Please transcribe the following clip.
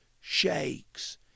shakes